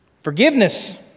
Forgiveness